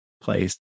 place